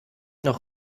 noch